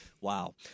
Wow